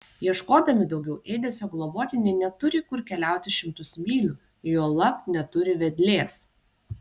ieškodami daugiau ėdesio globotiniai neturi kur keliauti šimtus mylių juolab neturi vedlės